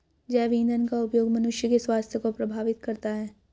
जैव ईंधन का उपयोग मनुष्य के स्वास्थ्य को प्रभावित करता है